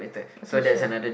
okay sure